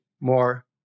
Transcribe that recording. more